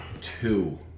two